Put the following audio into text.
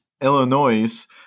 Illinois